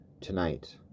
Tonight